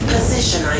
Position